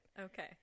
Okay